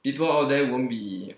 people all then won't be